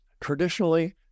Traditionally